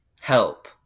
Help